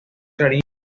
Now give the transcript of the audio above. clarín